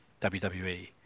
WWE